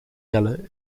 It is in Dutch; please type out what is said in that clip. jelle